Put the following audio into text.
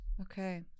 Okay